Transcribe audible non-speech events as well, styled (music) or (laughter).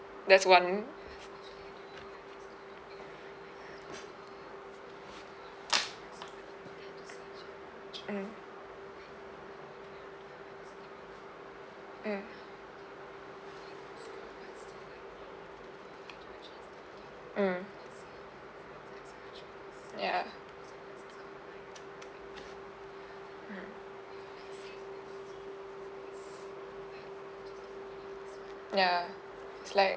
that's one mm mm mm ya (breath) hmm ya it's like